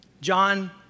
John